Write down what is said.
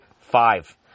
Five